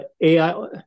AI